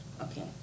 Okay